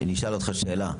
אני אשאל אותך שאלה.